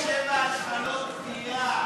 47 התחלות בנייה.